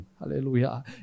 Hallelujah